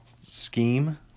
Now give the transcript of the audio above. scheme